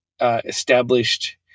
established